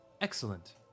Excellent